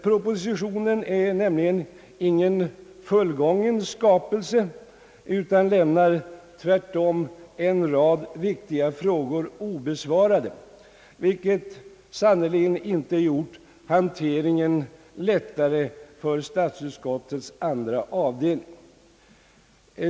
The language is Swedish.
Propositionen är nämligen ingen fullgången skapelse, utan lämnar tvärtom en rad viktiga frågor obesvarade, vilket sannerligen inte gjort hanteringen lättare för statsutskottets andra avdelning.